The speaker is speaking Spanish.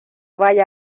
vaya